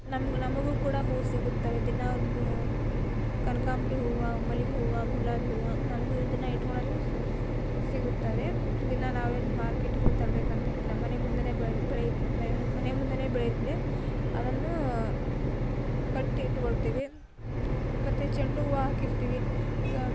ನಮ್ಗೆ ನಮಗೂ ಕೂಡ ಹೂವು ಸಿಗುತ್ತವೆ ದಿನ ಒಂದು ಕನಕಾಂಬ್ರಿ ಹೂವು ಮಲ್ಲಿಗೆ ಹೂವು ಗುಲಾಬಿ ಹೂವು ನಮಗೂ ಅದನ್ನು ಇಟ್ಕೊಳ್ಳಲು ಸಿಗು ಸಿಗುತ್ತದೆ ದಿನ ನಾವೇನು ಮಾರ್ಕೆಟಿಗೆ ಹೋಗಿ ತರಬೇಕಂತೇನಿಲ್ಲ ಮನೆ ಮುಂದೇನೆ ಬೆಳೆದ ಬೆಳೆ ಬೆಳೆದಿದ್ದ ಮನೆ ಮುಂದೆಯೇ ಬೆಳೆದಿದೆ ಅದನ್ನು ಕಟ್ಟಿ ಇಟ್ಕೊಳ್ತೀವಿ ಮತ್ತು ಚೆಂಡು ಹೂವು ಹಾಕಿರ್ತೀವಿ ಈಗ